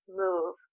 move